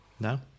No